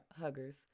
huggers